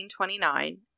1929